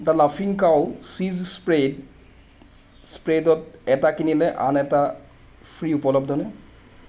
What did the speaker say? the লাফিং Cow cheese spread স্প্ৰেডত এটা কিনিলে আন এটা ফ্ৰী উপলব্ধনে